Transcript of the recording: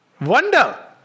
wonder